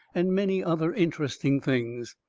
and many other interesting things.